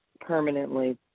permanently